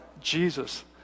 Jesus